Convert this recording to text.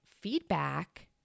feedback